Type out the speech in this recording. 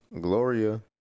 Gloria